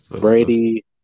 Brady